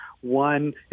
one